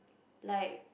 like